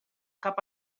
cap